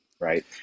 right